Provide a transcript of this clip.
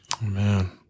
Man